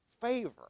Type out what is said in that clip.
favor